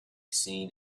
seen